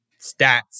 stats